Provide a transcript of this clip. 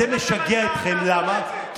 ולמה אני אומר את זה?